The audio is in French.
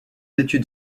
étude